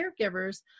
caregivers